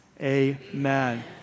Amen